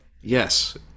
yes